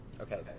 Okay